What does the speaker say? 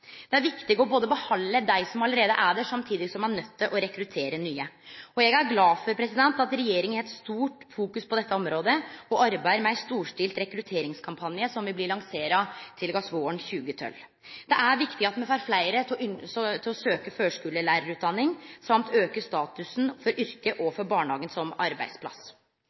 Det er viktig å behalde dei som allereie er der, samtidig som ein er nøydd til å rekruttere nye. Eg er glad for at regjeringa har eit stort fokus på dette området og arbeider med ein storstilt rekrutteringskampanje, som vil bli lansert tidlegast våren 2012. Det er viktig at me får fleire til å søkje førskulelærarutdanninga, og auke statusen for yrket og for barnehagen som arbeidsplass.